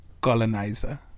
Colonizer